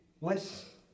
Bless